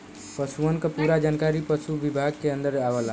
पसुअन क पूरा जानकारी पसु विभाग के अन्दर आवला